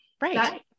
Right